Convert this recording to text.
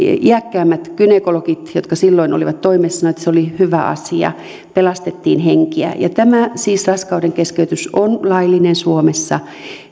iäkkäämmät gynekologit jotka silloin olivat toimessa sanoivat että se oli hyvä asia pelastettiin henkiä raskaudenkeskeytys on laillinen suomessa